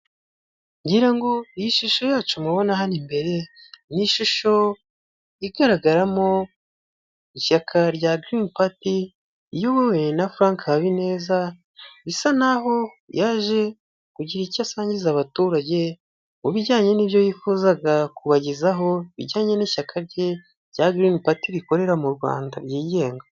Ngira ngo iyi shusho yacu mubona hano imbere ni ishusho igaragaramo ishyaka rya green party iyobowe na Frank Habineza bisa nkaho yaje kugira icyo asangiza abaturage mu bijyanye n'ibyo yifuzaga kubagezaho bijyanye n'ishyaka rye rya green party rikorera mu Rwanda ryigenga .